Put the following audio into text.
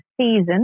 season